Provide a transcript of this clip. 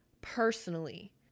personally